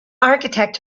architect